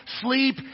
sleep